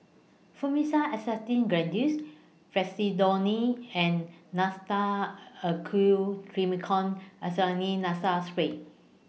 Fluimucil Acetylcysteine Granules Fexofenadine and Nasacort A Q Triamcinolone Acetonide Nasal Spray